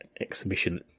exhibition